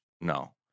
No